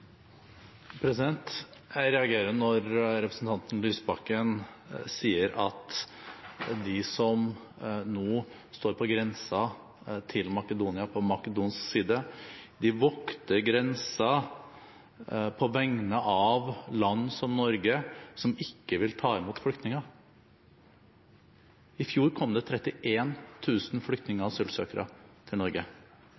Jeg reagerer når representanten Lysbakken sier at de som nå står på grensen til Makedonia på makedonsk side, vokter grensen på vegne av land som Norge som ikke vil ta imot flyktninger. I fjor kom det 31 000 flyktninger